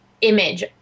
image